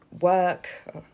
work